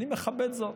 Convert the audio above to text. אני מכבד זאת.